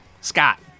Scott